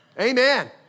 Amen